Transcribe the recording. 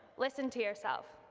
listen to yourself.